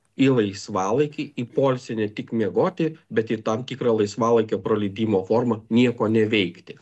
į laisvalaikį į poilsį ne tik miegoti bet į tam tikrą laisvalaikio praleidimo formą nieko neveikti